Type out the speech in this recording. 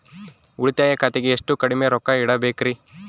ಉಳಿತಾಯ ಖಾತೆಗೆ ಎಷ್ಟು ಕಡಿಮೆ ರೊಕ್ಕ ಇಡಬೇಕರಿ?